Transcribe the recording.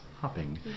hopping